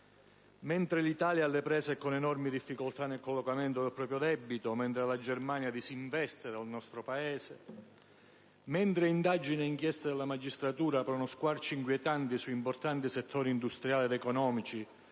Mentre l'Italia è alle prese con enormi difficoltà nel collocamento del proprio debito, mentre la Germania disinveste dal nostro Paese, mentre indagini e inchieste della magistratura aprono squarci inquietanti su importanti settori industriali ed economici